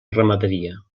ramaderia